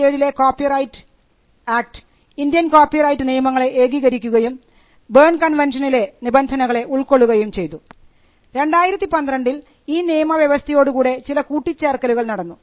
1957ലെ copyright act Indian copyright നിയമങ്ങളെ ഏകീകരിക്കുകയും Berne കൺവെൻഷനിലെ നിബന്ധനകളെ ഉൾക്കൊള്ളുകയും ചെയ്തു രണ്ടായിരത്തി പന്ത്രണ്ടിൽ ഈ നിയമ വ്യവസ്ഥയോടുകൂടെ ചില കൂട്ടിച്ചേർക്കലുകൾ നടന്നു